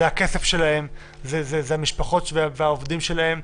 זה הכסף שלהם וזה המשפחות והעובדים שלהם.